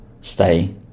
stay